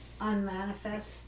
unmanifest